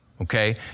Okay